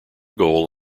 goal